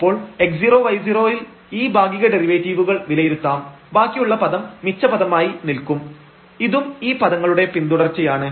അപ്പോൾ x0y0 ൽ ഈ ഭാഗിക ഡെറിവേറ്റീവുകൾ വിലയിരുത്താം ബാക്കിയുള്ള പദം മിച്ച പദമായി നിൽക്കും ഇതും ഈ പദങ്ങളുടെ പിന്തുടർച്ചയാണ്